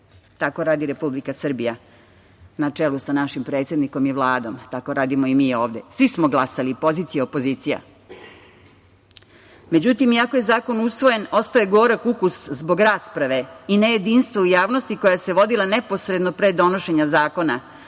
Tako radi Republika Srbija, na čelu sa našim predsednikom i Vladom, tako radimo i mi ovde. Svi smo glasali, i pozicija i opozicija.Međutim, iako je zakon usvojen, ostao je gorak ukus zbog rasprave i nejedinstvo u javnosti koja se vodila neposredno pre donošenja zakona.